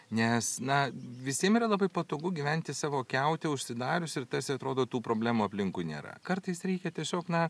nes na visiem yra labai patogu gyventi savo kiaute užsidariusį ir tas atrodo tų problemų aplinkui nėra kartais reikia tiesiog na